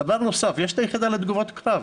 דבר נוסף, יש את היחידה לתגובות קרב.